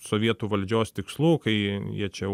sovietų valdžios tikslų kai jie čia